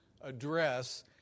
address